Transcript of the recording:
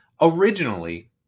originally